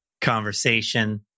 conversation